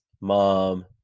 mom